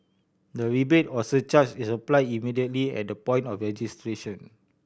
the rebate or surcharge is applied immediately at the point of registration